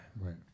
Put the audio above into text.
Right